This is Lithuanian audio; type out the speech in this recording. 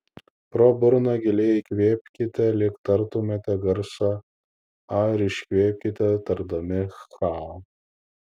pro burną giliai įkvėpkite lyg tartumėte garsą a ir iškvėpkite tardami cha